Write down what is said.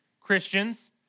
Christians